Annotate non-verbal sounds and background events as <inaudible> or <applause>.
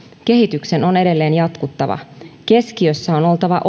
kehityksen on edelleen jatkuttava keskiössä on oltava <unintelligible>